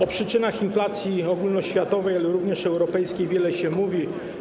O przyczynach inflacji ogólnoświatowej, ale również europejskiej, wiele się mówi.